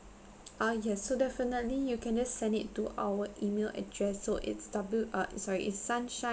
ah yes so definitely you can just send it to our email address so it's W ah sorry is sunshine